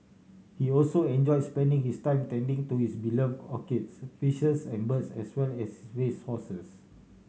he also enjoy spending his time tending to his belove orchids fishes and birds as well as his race horses